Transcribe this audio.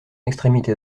extrémité